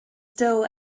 still